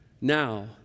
Now